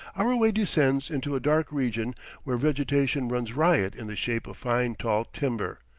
our way descends into a dark region where vegetation runs riot in the shape of fine tall timber,